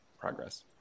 progress